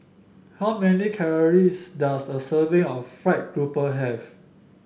how many calories does a serving of fried grouper have